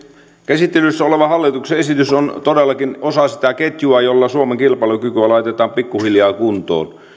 käsittelyssä oleva hallituksen esitys on todellakin osa sitä ketjua jolla suomen kilpailukykyä laitetaan pikkuhiljaa kuntoon